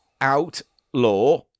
outlaw